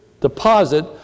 deposit